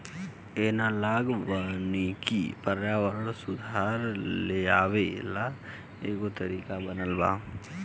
analogue वानिकी पर्यावरण में सुधार लेआवे ला एगो तरीका बनल बा